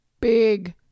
big